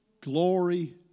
glory